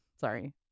Sorry